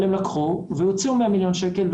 הם לקחו והוציאו 100 מיליון שקל,